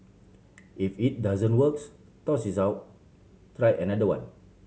if it doesn't works toss it out try another one